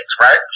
right